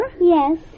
Yes